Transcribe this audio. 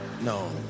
No